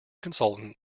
consultant